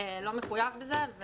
לא מחויב בזה.